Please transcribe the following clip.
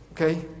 Okay